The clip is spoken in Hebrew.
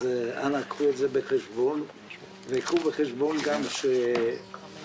אז אנא קחו זאת בחשבון וקחו בחשבון שהמאבק